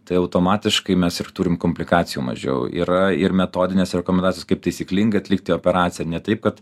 tai automatiškai mes ir turim komplikacijų mažiau yra ir metodinės rekomendacijos kaip taisyklingai atlikti operaciją ne taip kad